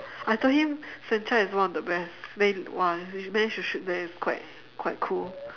I told him franchise is one of the best then !wah! his bench you should there quite quite cool